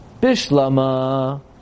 Bishlama